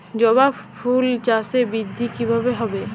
জবা ফুল চাষে বৃদ্ধি কিভাবে হবে?